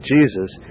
Jesus